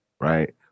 right